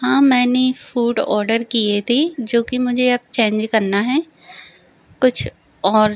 हाँ मैंने food order किए थी जोकि मुझे अब चेंज करना है कुछ और